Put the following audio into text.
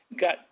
got